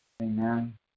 Amen